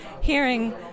hearing